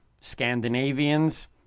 Scandinavians